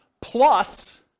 plus